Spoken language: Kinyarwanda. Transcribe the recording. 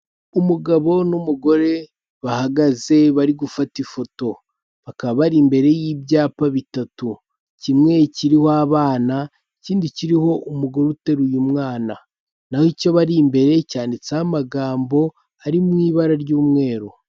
Umugabo n'umugore bahagaze bari gufata ifoto. Bakaba bari imbere y'ibyapa bitatu, kimwe kiriho abana, ikindi kiriho umugore uteruye umwana. Naho icyo bari imbere, cyanditseho amagambo ari mu ibara ry'umweru.